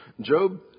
Job